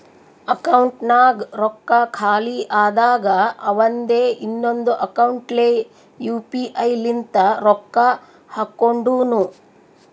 ಅಕೌಂಟ್ನಾಗ್ ರೊಕ್ಕಾ ಖಾಲಿ ಆದಾಗ ಅವಂದೆ ಇನ್ನೊಂದು ಅಕೌಂಟ್ಲೆ ಯು ಪಿ ಐ ಲಿಂತ ರೊಕ್ಕಾ ಹಾಕೊಂಡುನು